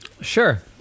Sure